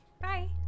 Bye